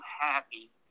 happy